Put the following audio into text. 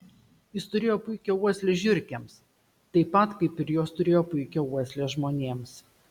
jis turėjo puikią uoslę žiurkėms taip pat kaip ir jos turėjo puikią uoslę žmonėms